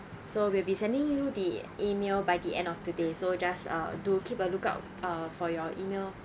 so we'll be sending you the email by the end of today so just uh do keep a lookout uh for your email